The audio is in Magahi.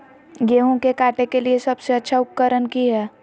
गेहूं के काटे के लिए सबसे अच्छा उकरन की है?